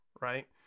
right